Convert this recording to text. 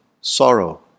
sorrow